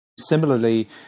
Similarly